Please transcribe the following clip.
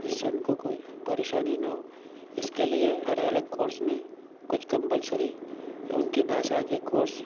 جس سے اِن کو کوئی پریشانی نہ ہو اِس کے لیے ہر الگ کورس میں کچھ کمپلسری اُن کی بھاشا کے کورس